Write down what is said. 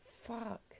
Fuck